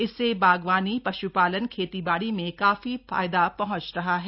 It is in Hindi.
इससे बागवानी पशुपालन खेती बाड़ी में काफी फायदा पहुंच रहा है